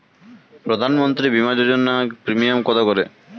প্রধানমন্ত্রী বিমা যোজনা প্রিমিয়াম কত করে?